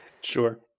Sure